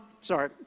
Sorry